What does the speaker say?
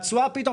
התשואה פתאום,